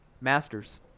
Masters